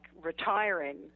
retiring